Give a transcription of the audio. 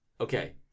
Okay